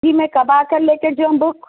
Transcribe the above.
جی میں کب آ کر لے کر جاؤں بک